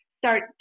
start